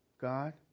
God